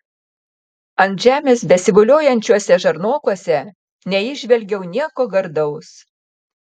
ant žemės besivoliojančiuose žarnokuose neįžvelgiau nieko gardaus